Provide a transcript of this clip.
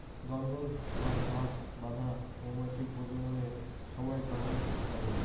দঙ্গল বা ঝাঁক বাঁধা মৌমাছির প্রজননের সমায় কাজত নাগে